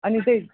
अनि त्यही